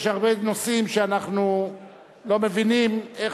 יש הרבה נושאים שאנחנו לא מבינים איך